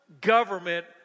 government